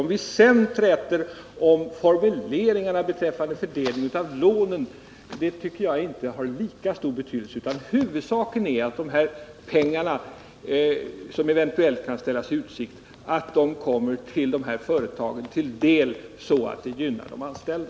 Om vi sedan träter om formuleringarna beträffande fördelningen av lånen tycker jag inte har lika stor betydelse, utan huvudsaken är att de pengar som eventuellt kan ställas i utsikt kommer dessa företag till del så att de gynnar de anställda.